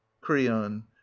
creon